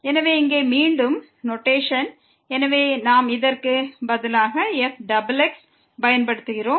எனவே இங்கே மீண்டும் நோட்டேஷன் எனவே நாம் இதற்கு பதிலாக fxx பயன்படுத்துகிறோம்